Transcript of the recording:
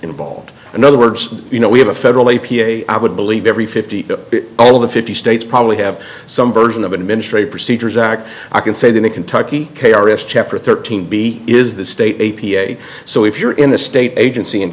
involved in other words you know we have a federal a p a i would believe every fifty all of the fifty states probably have some version of administrative procedures act i can say that the kentucky k r s chapter thirteen b is the state a p a so if you're in a state agency